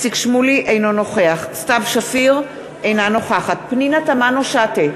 אינו נוכח סתיו שפיר, אינה נוכחת פנינה תמנו-שטה,